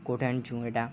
କଠେ ଆଣିଛୁ ଏଟା